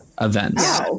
events